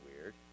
weird